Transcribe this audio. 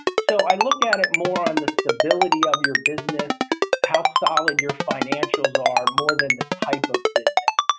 so i look at it more on the stability of your business how solid your financials are more than the type of business.